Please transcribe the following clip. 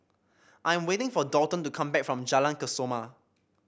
I'm waiting for Daulton to come back from Jalan Kesoma